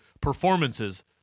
performances